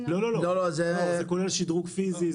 לא, זה כולל שדרוג פיזי.